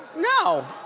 no.